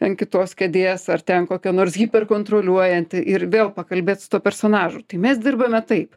ant kitos kėdės ar ten kokia nors hyperkontroliuojanti ir vėl pakalbėt su tuo personažų tai mes dirbame taip